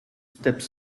steppes